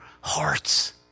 hearts